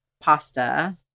pasta